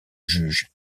juge